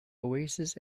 oasis